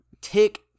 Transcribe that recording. tick